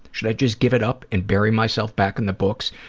should i just give it up and bury myself back in the books?